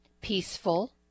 peaceful